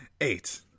Eight